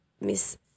Miss